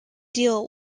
deal